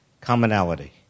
commonality